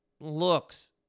looks